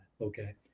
okay